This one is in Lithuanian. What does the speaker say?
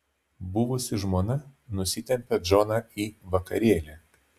buvusi žmona nusitempia džoną į vakarėlį